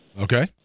Okay